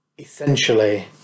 essentially